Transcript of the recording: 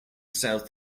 south